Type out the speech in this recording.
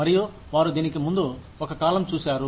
మరియు వారు దీనికి ముందు ఒక కాలం చూశారు